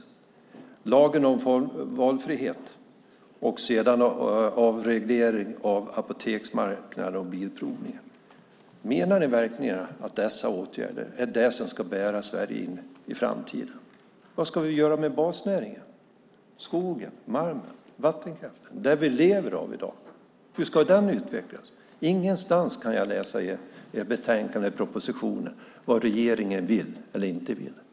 Hon talade också om lagen om valfrihet och om avreglering av apoteksmarknaden och bilprovningen. Menar ni verkligen att dessa åtgärder är det som ska bära Sverige in i framtiden? Vad ska vi göra med basnäringen - skogen, malmen, vattenkraften - som vi lever av i dag? Hur ska den utvecklas? Ingenstans i betänkandet eller propositionen kan jag läsa om vad regeringen vill eller inte vill.